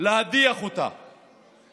להדיח אותה